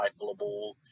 recyclable